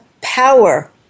power